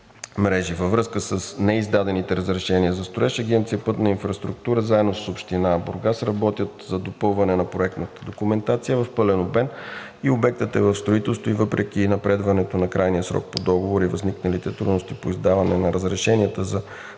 мрежи. Във връзка с неиздадените разрешения за строеж Агенция „Пътна инфраструктура“ и Община Бургас работят за допълване на проектната документация в пълен обем и обектът е в строителство, а въпреки напредването на крайния срок по договора и възникналите трудности по издаване на разрешенията за